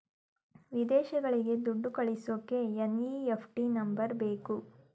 ವಿದೇಶಗಳಿಗೆ ದುಡ್ಡು ಕಳಿಸೋಕೆ ಎನ್.ಇ.ಎಫ್.ಟಿ ನಂಬರ್ ಬೇಕು